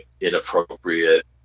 inappropriate